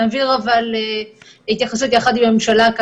נעביר התייחסות יחד עם הממשלה,